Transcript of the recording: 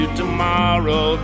tomorrow